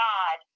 God